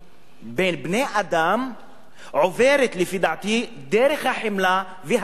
בין בני-אדם עוברת לפי דעתי דרך החמלה והכבוד לבעלי-החיים,